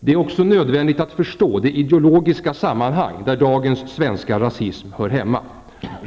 Det är också nödvändigt att förstå det ideologiska sammanhang där dagens svenska rasism hör hemma.